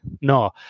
no